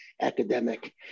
academic